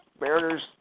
Mariners